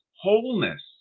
wholeness